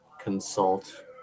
consult